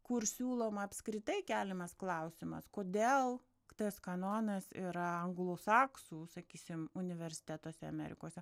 kur siūloma apskritai keliamas klausimas kodėl tas kanonas yra anglusaksų sakysim universitetuose amerikose